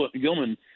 Gilman